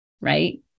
Right